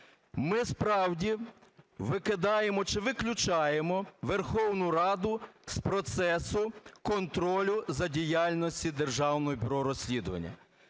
Ми справді викидаємо чи виключаємо Верховну Раду з процесу контролю за діяльністю Державного бюро розслідувань.